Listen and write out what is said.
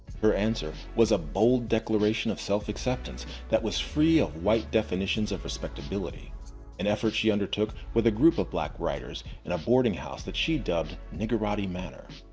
her answer was a bold declaration of self-acceptance that was free of white definitions of respectability an effort she undertook with a group of black writers in a boardinghouse that she dubbed niggerati manor.